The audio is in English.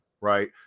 right